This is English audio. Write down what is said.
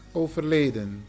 overleden